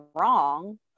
wrong